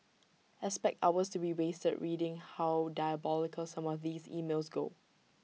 expect hours to be wasted reading how diabolical some of these emails go